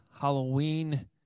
Halloween